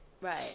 Right